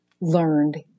learned